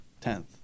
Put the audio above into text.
tenth